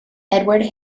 edward